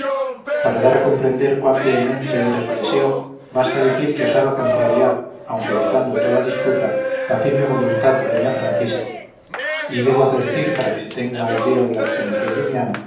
para dar a comprender cuán vehemente era su deseo basta decir que osaba contrariar aunque evitando toda disputa la firme voluntad de y debo advertir para que se tenga idea de la obstinación de mi